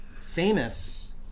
famous